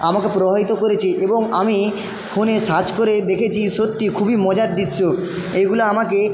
আমাকে প্রভাবিত করেছে এবং আমি ফোনে সার্চ করে দেখেছি সত্যি খুবই মজার দৃশ্য এগুলো আমাকে